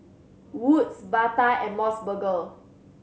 Wood's Bata and Mos Burger